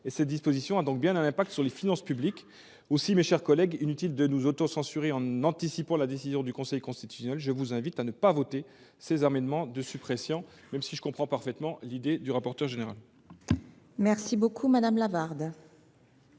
Cette disposition emporte donc des conséquences sur les finances publiques. Aussi, mes chers collègues, il est inutile de nous autocensurer en anticipant la décision du Conseil constitutionnel. Je vous invite à ne pas adopter ces amendements de suppression, même si je comprends parfaitement l’idée du rapporteur général. La parole est à Mme